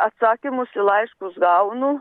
atsakymus į laiškus gaunu